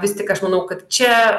vis tik aš manau kad čia